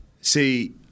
see